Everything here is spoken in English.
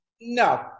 No